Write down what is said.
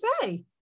say